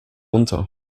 runter